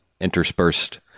interspersed